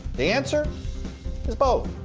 the answer is both.